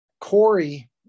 Corey